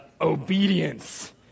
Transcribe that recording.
Obedience